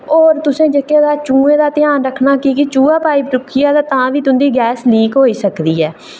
होर तुसें जेह्के तां चूहें दा ध्यान रक्खना की के चूहा भाएं टुक्की गेआ ते तुं'दी गैस तां बी लीक होई सकदी ऐ